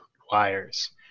requires